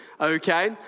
Okay